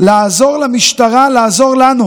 לעזור למשטרה לעזור לנו,